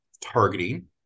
targeting